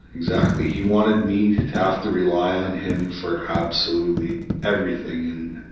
exactly. he wanted me to have to rely on him for absolutely everything in,